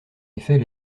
effet